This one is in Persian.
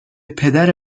پدر